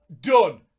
Done